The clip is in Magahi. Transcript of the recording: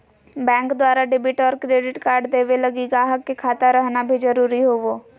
बैंक द्वारा डेबिट और क्रेडिट कार्ड देवे लगी गाहक के खाता रहना भी जरूरी होवो